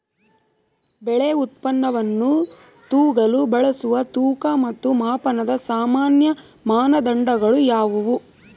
ಬೆಳೆ ಉತ್ಪನ್ನವನ್ನು ತೂಗಲು ಬಳಸುವ ತೂಕ ಮತ್ತು ಮಾಪನದ ಸಾಮಾನ್ಯ ಮಾನದಂಡಗಳು ಯಾವುವು?